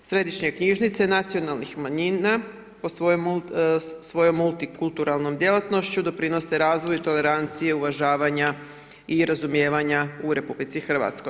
Središnje knjižnice nacionalnih manjina svojom multikulturnom djelatnošću doprinose razvoju tolerancije, uvažavanja i razumijevanja u RH.